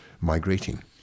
migrating